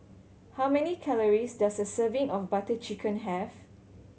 how many calories does a serving of Butter Chicken have